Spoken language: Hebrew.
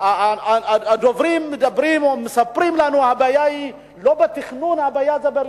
הדוברים מדברים ומספרים לנו שהבעיה היא לא בתכנון אלא ברישוי.